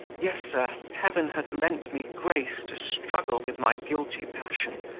yes, sir, heaven hath lent me grace to struggle with my guilty passion,